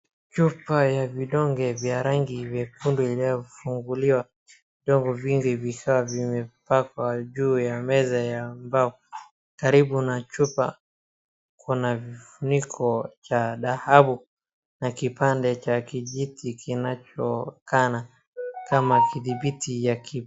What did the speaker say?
Chupa ya vidonge vya rangi vyekundu inayofunguliwa vidonge vingi vifaa vimepangwa juu ya meza ya mbao, karibu na chupa kuna vifuniko cha dhahabu, na kipande cha kijiti kinacho kana kama kidhibiti ya kitu.